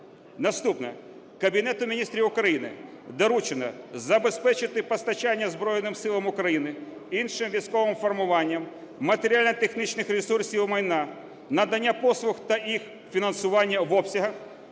Наступне. Кабінету Міністрів України доручено забезпечити постачання Збройним Силам України, іншим військовим формуванням матеріально-технічних ресурсів і майна, надання послуг та їх фінансування в обсягах,